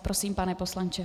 Prosím, pane poslanče.